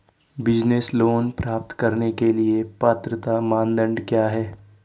Business loan प्राप्त करने के लिए पात्रता मानदंड क्या हैं?